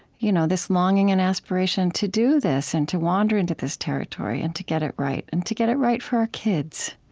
you know this longing and aspiration to do this and to wander into this territory and to get it right and to get it right for our kids,